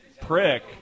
prick